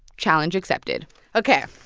challenge accepted ok.